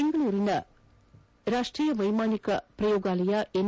ಬೆಂಗಳೂರಿನ ರಾಷ್ಟೀಯ ವೈಮಾನಿಕ ಪ್ರಯೋಗಾಲಯ ಎನ್